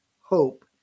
hope